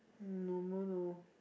normal lor